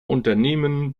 unternehmen